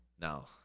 No